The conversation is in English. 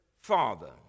father